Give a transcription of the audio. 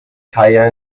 kai